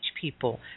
people